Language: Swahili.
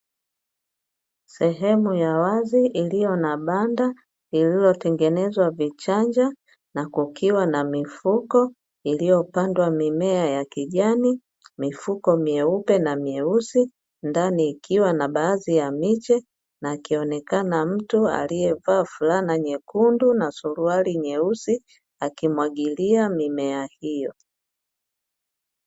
Sehemu ya wazi iliyo na banda lililotengenezwa vichanja na kukiwa na mifuko iliyopandwa mimea ya kijani mifuko meupe na meusi, ndani ikiwa na baadhi ya miche na akionekana mtu aliyevaa fulana nyekundu na suruali nyeusi akimwagilia mimea hiyo.